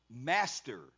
master